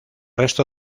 resto